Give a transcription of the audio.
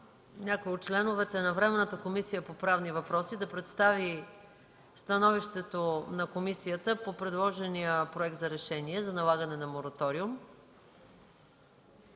някой от членовете на Временната комисия по правни въпроси да представи становището на комисията по предложения Проект за решение за налагане на мораториум.